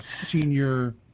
senior